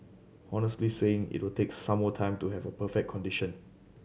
honestly saying it will take some more time to have a perfect condition